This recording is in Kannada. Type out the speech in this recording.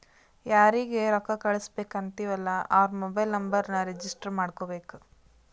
ಯಾರಿಗ ರೊಕ್ಕಾ ಕಳ್ಸುಬೇಕ್ ಅಂತಿವ್ ಅಲ್ಲಾ ಅವ್ರ ಮೊಬೈಲ್ ನುಂಬರ್ನು ರಿಜಿಸ್ಟರ್ ಮಾಡ್ಕೋಬೇಕ್